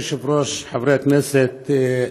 אדוני היושב-ראש, חברי הכנסת,